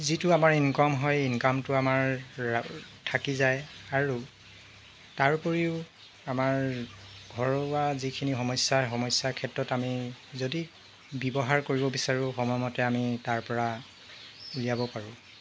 যিটো আমাৰ ইনকম হয় ইনকামটো আমাৰ থাকি যায় আৰু তাৰোপৰিও আমাৰ ঘৰুৱা যিখিনি সমস্যাৰ সমস্যাৰ ক্ষেত্ৰত আমি যদি ব্যৱহাৰ কৰিব বিচাৰোঁ সময়মতে আমি তাৰপৰা উলিয়াব পাৰোঁ